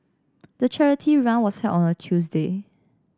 the charity run was held on Tuesday